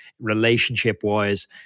relationship-wise